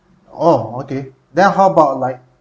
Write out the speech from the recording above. oh okay then how about like